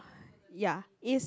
yeah it's